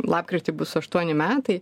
lapkritį bus aštuoni metai